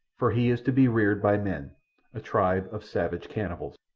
for he is to be reared by men a tribe of savage cannibals.